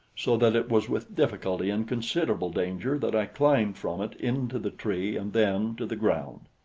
so that it was with difficulty and considerable danger that i climbed from it into the tree and then to the ground.